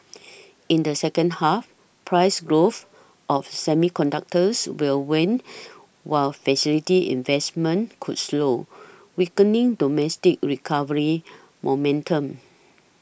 in the second half price growth of semiconductors will wane while facility investments could slow weakening domestic recovery momentum